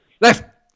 Left